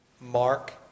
Mark